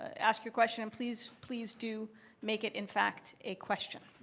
ask your question, and please please do make it in fact a question.